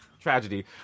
tragedy